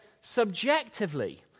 subjectively